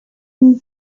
been